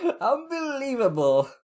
Unbelievable